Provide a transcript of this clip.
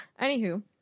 Anywho